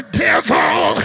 devil